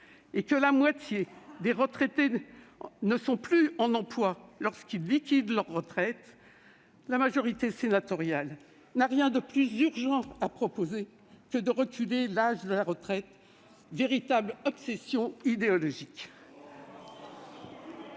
et que la moitié des retraités ne sont plus dans l'emploi au moment de la liquidation de leur retraite, la majorité sénatoriale n'a rien de plus urgent à proposer que de reculer l'âge de la retraite, véritable obsession idéologique.